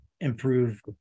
improve